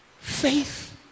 Faith